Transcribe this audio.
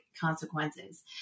consequences